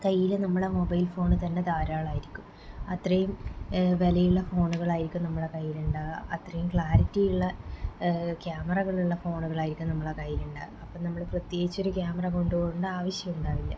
കയ്യിൽ നമ്മുടെ mobile phone തന്നെ ധാരാളമായിരിക്കും അത്രയും വിലയുള്ള ഫോണുകൾ ആയിരിക്കും നമ്മുടെ കയ്യിൽ ഉണ്ടാവുക അത്രയും ക്ലാരിറ്റി ഉള്ള ക്യാമറകൾ ഉള്ള ഫോണുകൾ ആയിരിക്കും നമ്മുടെ കയ്യിൽ ഉണ്ടാവുക അപ്പം നമ്മൾ പ്രത്യേകിച്ചൊരു ക്യാമറ കൊണ്ടുപോകേണ്ട ആവശ്യം ഉണ്ടാവില്ല